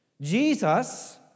Jesus